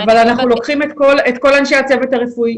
אבל אנחנו לוקחים את כל אנשי הצוות הרפואי.